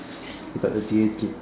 we got a D_A date